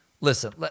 Listen